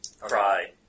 cry